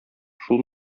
шул